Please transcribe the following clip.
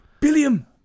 William